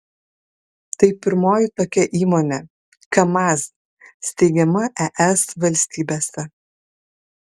tai pirmoji tokia įmonė kamaz steigiama es valstybėse